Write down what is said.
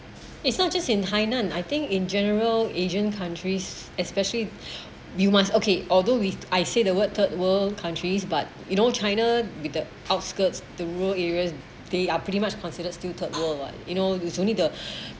it's not just in hainan I think in general asian countries especially you must okay although we I say the word third world countries but you know china with the outskirts the rural areas they are pretty much considered still third world what you know there's only the